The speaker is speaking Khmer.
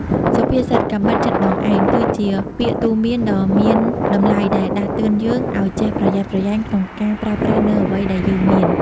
សុភាសិត «កាំបិតចិតដងឯង» គឺជាពាក្យទូន្មានដ៏មានតម្លៃដែលដាស់តឿនយើងឲ្យចេះប្រយ័ត្នប្រយែងក្នុងការប្រើប្រាស់នូវអ្វីដែលយើងមាន។